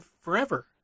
Forever